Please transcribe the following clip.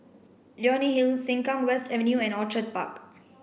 Leonie Hill Sengkang West Avenue and Orchid Park